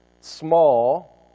Small